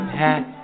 hat